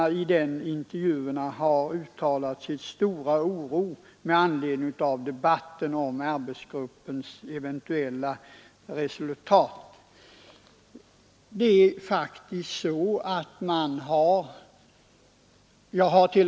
Alla de intervjuade har därvid uttalat sin stora oro med anledning av debatten om det resultat som arbetsgruppen eventuellt kan komma fram till.